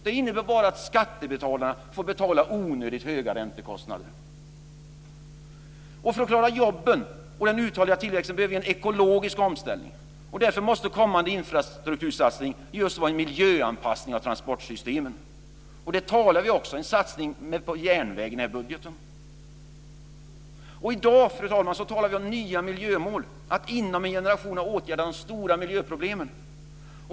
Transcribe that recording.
Det innebär bara att skattebetalarna får betala onödigt höga räntekostnader. För att klara jobben och den uthålliga tillväxten behöver vi en ekologisk omställning. Därför måste kommande infrastruktursatsning vara just en miljöanpassning av transportsystemen. I budgeten talar vi också om en satsning på järnvägen. Fru talman! I dag talar vi om nya miljömål, att inom en generation ha åtgärdat de stora miljöproblemen.